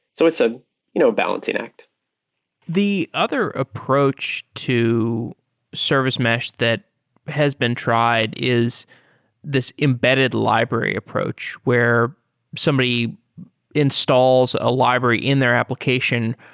so it's a you know balancing act the other approach to service mesh that has been tried is this embedded library approach, where somebody installs a library in their application,